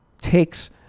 takes